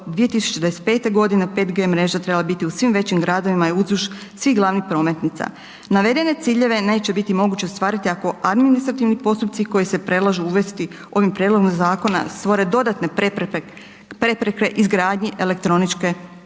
2025. g. 5G trebala biti u svim većim gradovima uzduž svih glavnih prometnica. Navedene ciljeve neće biti moguće ostvariti ako administrativni postupci koji se predlažu uvesti ovim prijedlogom zakona stvore dodatne prepreke izgradnji elektroničke